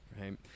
right